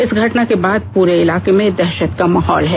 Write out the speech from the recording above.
इस घटना के बाद पूरे इलाके में दहशत का माहौल है